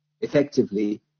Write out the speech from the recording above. effectively